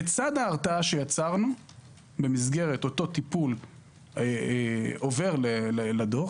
לצד ההרתעה שיצרנו במסגרת אותו טיפול עובר לדוח